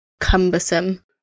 cumbersome